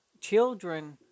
children